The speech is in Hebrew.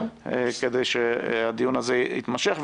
כדי שהדיון הזה יתמשך.